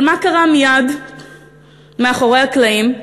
אבל מה קרה מייד מאחורי הקלעים?